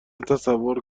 تصور